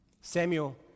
Samuel